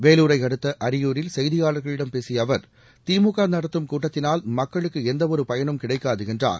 வேலூரை அடுத்த அரியூரில் செய்தியாளர்களிடம் பேசிய அவர் திமுக நடத்தும் கூட்டத்தினால் மக்களுக்கு எந்தவொரு பயனும் கிடைக்காது என்றார்